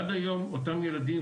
עד היום אותם ילדים,